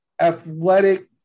athletic